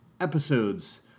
episodes